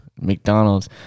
McDonald's